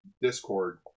discord